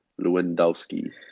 Lewandowski